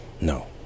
no